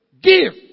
Give